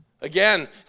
Again